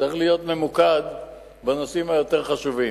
צריך להיות ממוקד בנושאים היותר חשובים,